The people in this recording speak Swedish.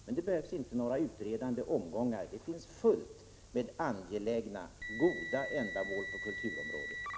Men det behövs inga utredande omgångar — det finns som sagt fullt med angelägna, goda ändamål på kulturområdet.